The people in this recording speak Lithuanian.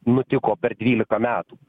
nutiko per dvylika metų